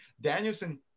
Danielson